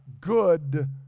good